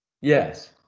Yes